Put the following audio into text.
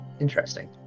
Interesting